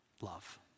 Love